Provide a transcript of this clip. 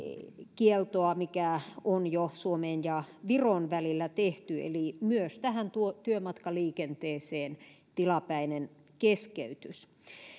kieltoa kuin mikä on jo suomen ja viron välillä tehty eli myös työmatkaliikenteeseen tilapäinen keskeytys